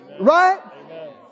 right